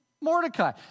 Mordecai